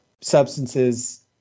substances